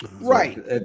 Right